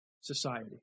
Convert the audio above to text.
society